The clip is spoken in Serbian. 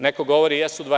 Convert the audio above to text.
Neko govori jesu dva.